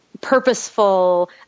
purposeful